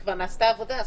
כי כבר נעשתה עבודה,